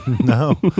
No